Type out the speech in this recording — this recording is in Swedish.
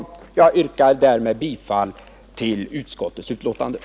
Med dessa ord yrkar jag därför bifall till utskottets hemställan.